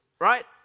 right